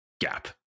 gap